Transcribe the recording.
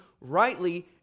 rightly